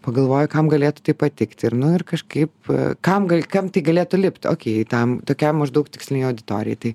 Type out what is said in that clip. pagalvoju kam galėtų taip patikti ir nu ir kažkaip kam gal kam tai galėtų lipti okei tokiam maždaug tikslinei auditorijai tai